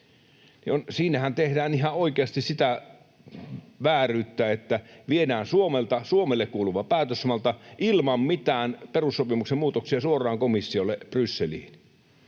Siinähän tehdään ihan oikeasti sitä vääryyttä, että viedään Suomelta Suomelle kuuluva päätösvalta ilman mitään perussopimuksen muutoksia suoraan komissiolle Brysseliin.